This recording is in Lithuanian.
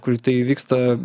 kur tai įvyksta